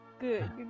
good